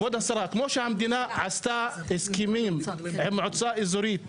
כמו שהמדינה עשתה הסכמים עם מועצה אזורית